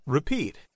Repeat